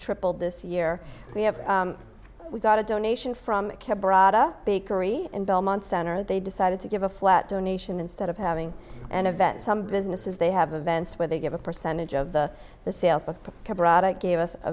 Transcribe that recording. tripled this year we have we got a donation from care braga bakery in belmont center they decided to give a flat donation instead of having an event some businesses they have a vents where they give a percentage of the the sales but gave us a